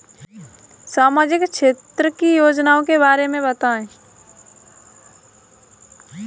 सामाजिक क्षेत्र की योजनाओं के बारे में बताएँ?